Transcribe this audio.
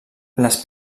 les